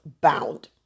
bound